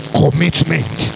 commitment